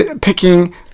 picking